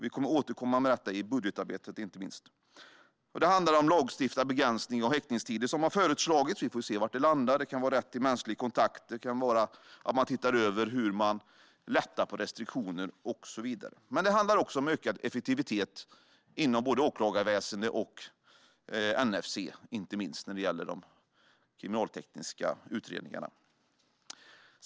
Vi kommer att återkomma med detta i budgetarbetet, inte minst. Det handlar om lagstiftad begränsning av häktningstider, vilket har föreslagits. Vi får se var det landar; det kan vara rätt till mänsklig kontakt, att man tittar över hur man lättar på restriktioner och så vidare. Det handlar också om ökad effektivitet inom åklagarväsen och inte minst NFC när det gäller de kriminaltekniska utredningarna.